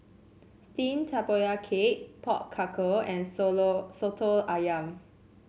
steamed Tapioca Cake Pork Knuckle and soto ayam